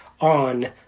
on